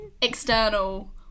external